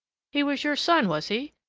he was your son, was he?